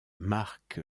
marque